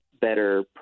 better